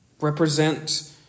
Represent